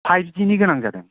फाइबजिनि गोनां जादों